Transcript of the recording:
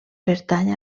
pertany